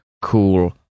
cool